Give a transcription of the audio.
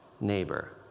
neighbor